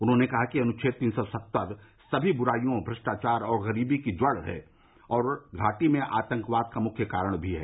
उन्होंने कहा कि अनुच्छेद तीन सौ सत्तर सभी बुराईयों भ्रष्टाचार और गरीबी की जड़ है और घाटी में आंतकवाद का मुख्य कारण भी है